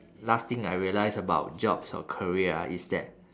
last thing I realise about jobs or career ah is that